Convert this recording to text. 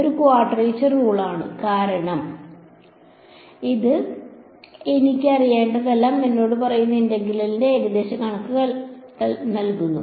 ഇത് ഒരു ക്വാഡ്രേച്ചർ റൂളാണ് കാരണം ഇത് എനിക്ക് അറിയേണ്ടതെല്ലാം എന്നോട് പറയുന്ന ഇന്റഗ്രലിന്റെ ഏകദേശ കണക്ക് നൽകുന്നു